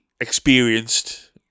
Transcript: experienced